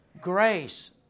grace